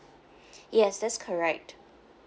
yes that's correct